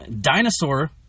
dinosaur